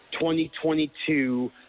2022